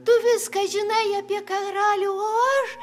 tu viską žinai apie karalių o aš